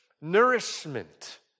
nourishment